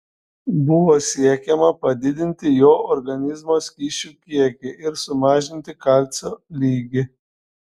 buvo siekiama padidinti jo organizmo skysčių kiekį ir sumažinti kalcio lygį